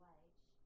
wage